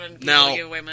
Now